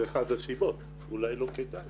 זו אחת הסיבות, אולי לא כדאי.